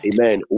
Amen